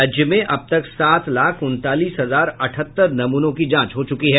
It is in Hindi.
राज्य में अब तक सात लाख उनतालीस हजार अठहत्तर नमूनों की जांच हो चुकी है